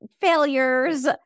failures